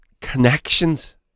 connections